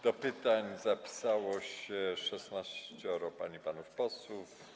Do pytań zapisało się szesnaścioro pań i panów posłów.